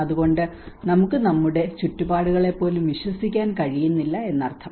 അതുകൊണ്ട് നമുക്ക് നമ്മുടെ ചുറ്റുപാടുകളെ പോലും വിശ്വസിക്കാൻ കഴിയുന്നില്ല എന്നർത്ഥം